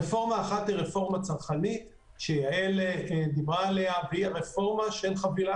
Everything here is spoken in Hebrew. רפורמה אחת היא רפורמה צרכנית שיעל דיברה עליה והיא הרפורמה של חבילה